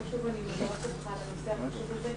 אני מברכת אותך על הנושא החשוב הזה,